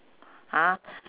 ah